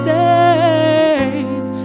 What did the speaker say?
days